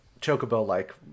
chocobo-like